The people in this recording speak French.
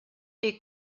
est